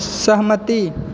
सहमति